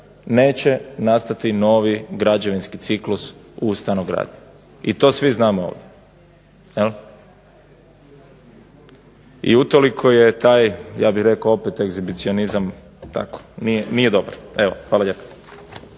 neće nastati novi građevinski ciklus u stanogradnji i to svi znamo ovdje. I utoliko je taj ja bih rekao opet egzibicionizam tako, nije dobar. Hvala lijepo.